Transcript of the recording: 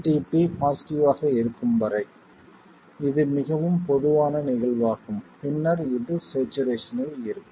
VTP positive ஆக இருக்கும் வரை இது மிகவும் பொதுவான நிகழ்வாகும் பின்னர் இது ஸ்சேச்சுரேஷனில் இருக்கும்